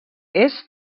est